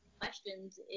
Questions